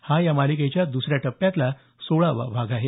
हा या मालिकेच्या दुसऱ्या टप्प्यातला सोळावा भाग आहे